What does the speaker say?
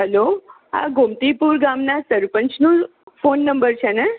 hello હા ગોમતીપૂર ગામના સરપંચનો ફોન નંબર છે ને